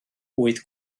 wyth